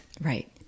Right